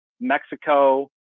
Mexico